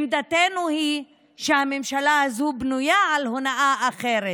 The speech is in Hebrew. עמדתנו היא שהממשלה הזאת בנויה על הונאה אחרת: